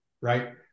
right